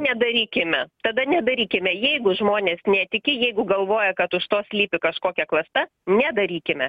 nedarykime tada nedarykime jeigu žmonės netiki jeigu galvoja kad už to slypi kažkokia klasta nedarykime